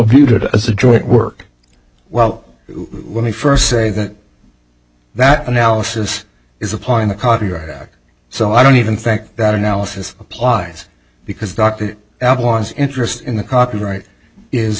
viewed as a joint work well when he first say that that analysis is applying the copyright act so i don't even think that analysis applies because dr ablow one's interest in the copyright is